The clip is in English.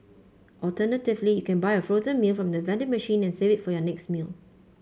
alternatively you can buy a frozen meal from the vending machine and save it for your next meal